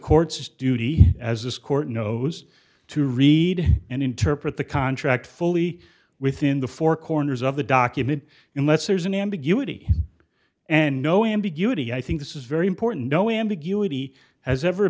court's duty as this court knows to read and interpret the contract fully within the four corners of the document unless there's an ambiguity and no ambiguity i think this is very important no ambiguity has ever